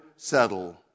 settle